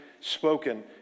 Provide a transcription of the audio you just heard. spoken